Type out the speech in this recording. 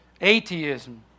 Atheism